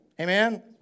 Amen